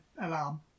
alarm